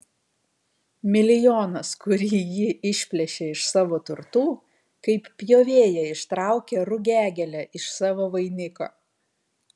milijonas kurį ji išplėšė iš savo turtų kaip pjovėja ištraukia rugiagėlę iš savo vainiko